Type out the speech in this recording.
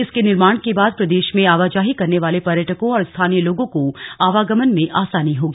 इसके निर्माण के बाद प्रदेश में आवाजाही करने वाले पर्यटकों और स्थानीय लोगों को आवागमन में आसानी होगी